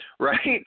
right